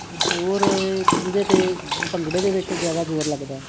ਹੋਰ ਇਹਦੇ 'ਤੇ ਭੰਗੜੇ ਦੇ ਵਿੱਚ ਜ਼ਿਆਦਾ ਜ਼ੋਰ ਲੱਗਦਾ